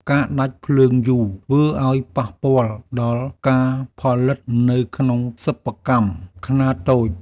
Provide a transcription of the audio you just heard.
ការដាច់ភ្លើងយូរធ្វើឱ្យប៉ះពាល់ដល់ការផលិតនៅក្នុងសិប្បកម្មខ្នាតតូច។